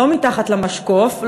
לא מתחת למשקוף,